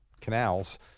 canals